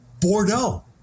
bordeaux